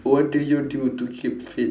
what do you do to keep fit